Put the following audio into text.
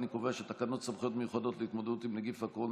אני קובע שתקנות סמכויות מיוחדות להתמודדות עם נגיף הקורונה